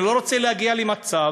אני לא רוצה להגיע למצב